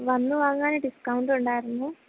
വന്ന് വാങ്ങുകയാണെങ്കില് ഡിസ്കൗണ്ടുണ്ടായിരുന്നു